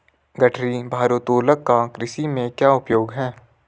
गठरी भारोत्तोलक का कृषि में क्या उपयोग है?